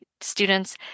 students